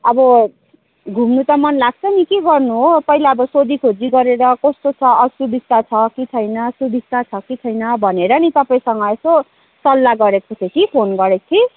अब घुम्नु त मन लाग्छ नि के गर्नु हो पहिला अब सोधिखोजी गरेर कस्तो छ असुबिस्ता छ कि छैन सुबिस्ता छ कि छैन भनेर नि तपाईँसँग यसो सल्लाह गरेको थिएँ कि फोन गरेको थिएँ